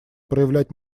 проявлять